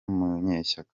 munyeshyaka